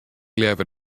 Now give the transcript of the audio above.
leaver